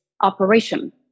operation